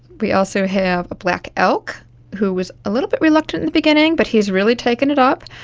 we also have a black elk who was a little bit reluctant in the beginning but he has really taken it up.